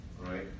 right